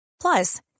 Plus